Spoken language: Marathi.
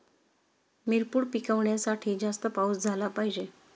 मिरपूड पिकवण्यासाठी जास्त पाऊस झाला पाहिजे